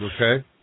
Okay